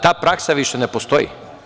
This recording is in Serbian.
Ta praksa više ne postoji.